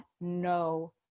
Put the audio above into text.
no